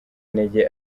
intege